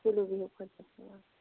تُلِو بِہِو خۄدایَس حَوالہٕ